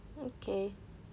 okay